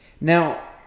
Now